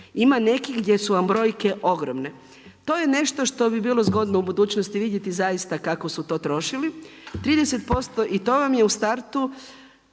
Ima nekih gdje su vam brojke ogromne. To je nešto što bi bilo zgodno u budućnosti vidjeti, zaista kako su to trošili. 30% i to vam je u startu,